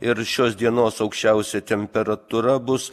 ir šios dienos aukščiausia temperatūra bus